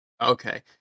Okay